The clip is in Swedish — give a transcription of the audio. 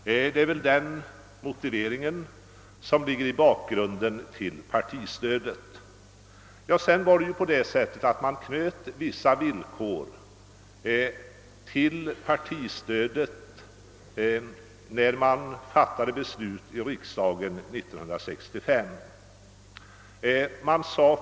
Det är också den motiveringen som ligger bakom partistödet. Sedan var det på det sättet när vi fattade beslutet här i riksdagen 1965, att vi knöt vissa villkor till partistödet.